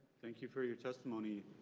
thank you for your testimony.